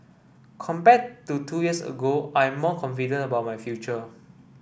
compared to two years ago I'm more confident about my future